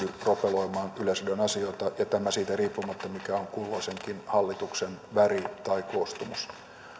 ropeloimaan yleisradion asioita ja tämä siitä riippumatta mikä on kulloisenkin hallituksen väri tai koostumus